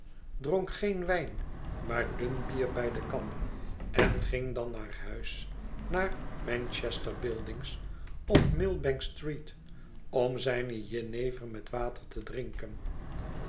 dronk geen wijn maar dun bier bij de kan en ging dan naar huis naar manchester buildings of millbank street ora zijne jenever met water te drinken